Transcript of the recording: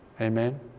Amen